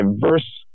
diverse